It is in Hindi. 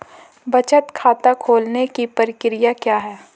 बचत खाता खोलने की प्रक्रिया क्या है?